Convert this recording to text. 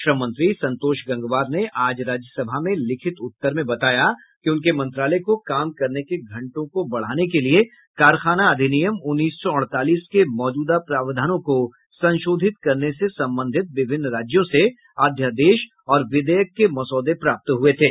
श्रम मंत्री संतोष गंगवार ने आज राज्यसभा में लिखित उत्तर में बताया कि उनके मंत्रालय को काम करने के घंटों को बढ़ाने के लिए कारखाना अधिनियम उन्नीस सौ अड़तालीस के मौजूदा प्रावधानों को संशोधित करने से संबंधित विभिन्न राज्यों से अध्यादेश और विधेयक के मसौदे प्राप्त हुए थे